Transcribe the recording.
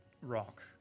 Rock